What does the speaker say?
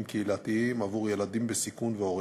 קהילתיים עבור ילדים בסיכון והוריהם.